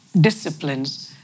disciplines